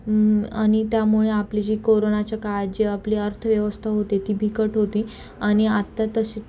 आणि त्यामुळे आपले जी कोरोनाच्या काळात जी आपली अर्थव्यवस्था होते ती बिकट होती आणि आत्ता तशी